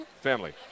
family